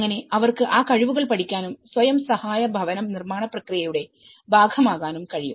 അങ്ങനെ അവർക്ക് ആ കഴിവുകൾ പഠിക്കാനും സ്വയം സഹായ ഭവന നിർമ്മാണ പ്രക്രിയയുടെ ഭാഗമാകാനും കഴിയും